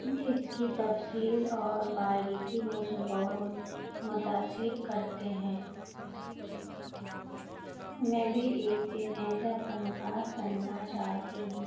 اس کی تفصیل اور باریکی مجھے بہت متاثر کرتے ہیں میں بھی ایک دن ایسا فنکار بننا چاہتی ہوں